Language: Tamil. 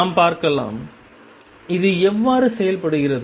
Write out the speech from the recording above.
நாம் பார்க்கலாம் இது எவ்வாறு செயல்படுகிறது